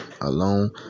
alone